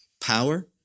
power